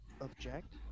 object